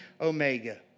omega